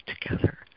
together